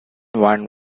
one